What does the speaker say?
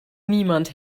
niemand